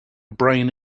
brain